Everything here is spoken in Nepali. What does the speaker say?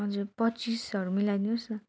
हजुर पच्चिसहरू मिलाइ दिनुहोस् न